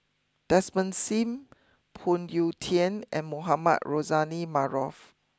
Desmond Sim Phoon Yew Tien and Mohamed Rozani Maarof